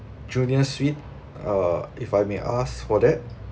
junior suite uh if I may ask for that